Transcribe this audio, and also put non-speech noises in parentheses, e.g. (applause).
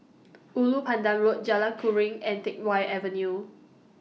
(noise) Ulu Pandan Road Jalan Keruing and Teck Whye Avenue